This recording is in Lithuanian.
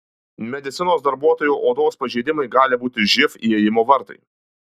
medicinos darbuotojo odos pažeidimai gali būti živ įėjimo vartai